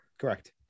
Correct